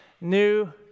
new